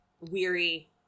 weary